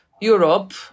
Europe